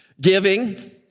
giving